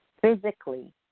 physically